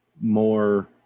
more